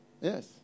Yes